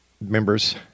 members